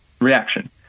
reaction